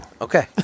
Okay